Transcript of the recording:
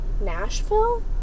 Nashville